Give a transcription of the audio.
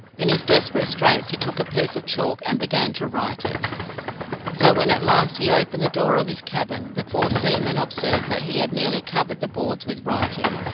in his desperate straits he took a piece of chalk and began to write it so when at last he opened the door of his cabin, the four seamen observed that he had nearly covered the boards with writing.